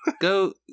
Go